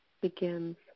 begins